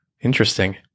Interesting